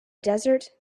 desert